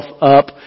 up